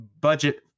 budget